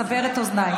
סבר את אוזניי.